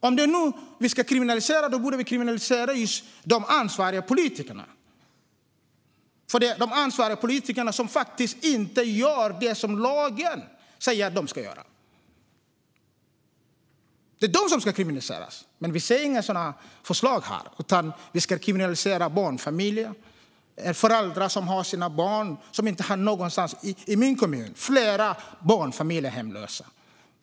Om det är några som vi ska kriminalisera borde det vara just de ansvariga politikerna, eftersom det är de ansvariga politikerna som faktiskt inte gör det som lagen säger att de ska göra. Men vi ser inga sådana förslag här, utan vi ska kriminalisera barnfamiljer som inte har någonstans att bo. I min kommun finns det flera hemlösa barnfamiljer.